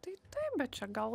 tai taip bet čia gal